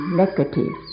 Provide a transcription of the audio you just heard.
negative